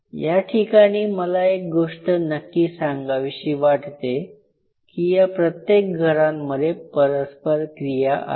याठिकाणी मला एक गोष्ट नक्की सांगावीशी वाटते की या प्रत्येक घरांमध्ये परस्पर क्रिया आहे